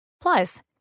Plus